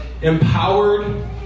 empowered